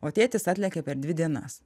o tėtis atlekia per dvi dienas